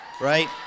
right